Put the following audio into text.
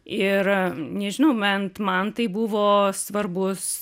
ir nežinau ment man tai buvo svarbūs